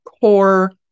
core